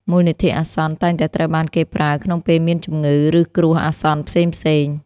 មូលនិធិអាសន្នតែងតែត្រូវបានគេប្រើក្នុងពេលមានជំងឺ ឬគ្រោះអាសន្នផ្សេងៗ។